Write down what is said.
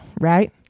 Right